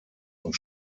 und